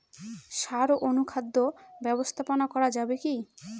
সাড় ও অনুখাদ্য ব্যবস্থাপনা করা যাবে কি?